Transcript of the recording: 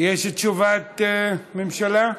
יש תשובת ממשלה?